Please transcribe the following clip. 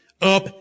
up